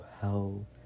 hell